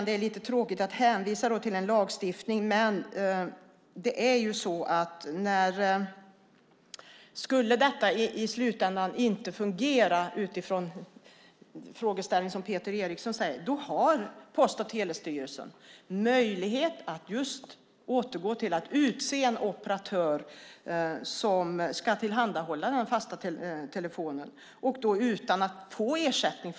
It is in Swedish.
Det är lite tråkigt att återigen hänvisa till lagstiftningen, men skulle detta i slutändan inte fungera utifrån Peter Erikssons frågeställning har Post och telestyrelsen möjlighet att återgå till att utse en operatör som ska tillhandahålla den fasta telefonen utan ersättning.